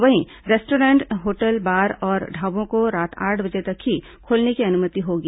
वहीं restaurant hotel bar औ ढाबों को रात आठ बजे तक ही खोलने की अनुमति होगी